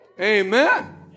Amen